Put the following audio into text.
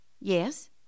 Yes